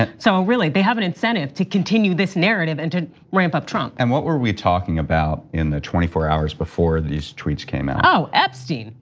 ah so really they have an incentive to continue this narrative and to ramp up trump. and what were we talking about in the twenty four hours before these tweets came and out? epstein.